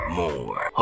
more